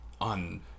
on